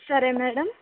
సరే మేడం